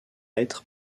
être